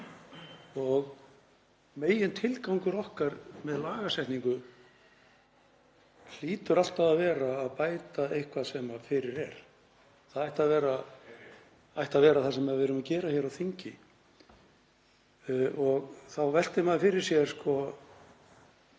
ný. Megintilgangur okkar með lagasetningu hlýtur alltaf að vera að bæta eitthvað sem fyrir er. Það ætti að vera það sem við erum að gera hér á þingi. Þá veltir maður fyrir sér: